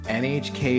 nhk